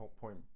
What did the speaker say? point